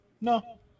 No